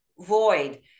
void